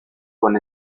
con